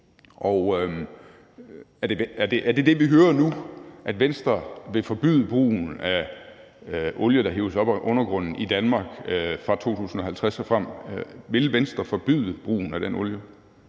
Er det det, vi hører nu, altså at Venstre vil forbyde brugen af olie, der hives op af undergrunden i Danmark, fra 2050 og frem? Vil Venstre forbyde brugen af den olie?